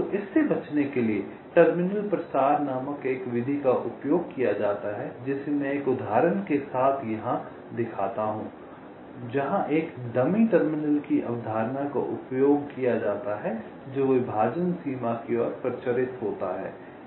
तो इससे बचने के लिए टर्मिनल प्रसार नामक एक विधि का उपयोग किया जाता है जिसे मैं एक उदाहरण के साथ दिखाता हूं जहां एक डमी टर्मिनल की अवधारणा का उपयोग किया जाता है जो विभाजन सीमा की ओर प्रचारित होता है